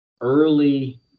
early